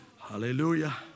Hallelujah